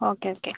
okay okay